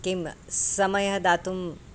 किं समयं दातुम्